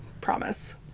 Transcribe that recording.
promise